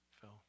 Phil